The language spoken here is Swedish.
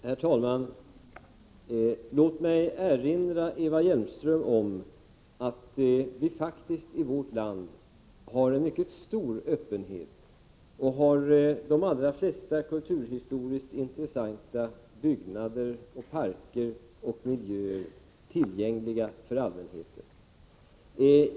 Herr talman! Låt mig erinra Eva Hjelmström om att vi faktiskt i vårt land har en mycket stor öppenhet och har de allra flesta kulturhistoriskt intressanta byggnader, parker och miljöer tillgängliga för allmänheten.